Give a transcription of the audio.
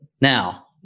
Now